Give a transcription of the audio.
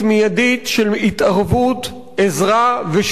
עזרה ושיקום בשכונות הדרום של תל-אביב.